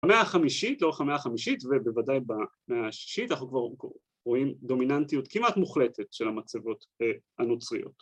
‫במאה החמישית, לאוך המאה החמישית, ‫ובוודאי במאה השישית, ‫אנחנו כבר רואים דומיננטיות ‫כמעט מוחלטת של המצבות הנוצריות.